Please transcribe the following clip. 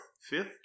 fifth